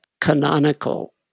canonical